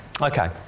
Okay